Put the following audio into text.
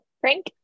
frank